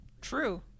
True